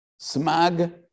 Smag